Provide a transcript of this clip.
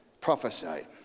prophesied